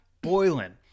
Boiling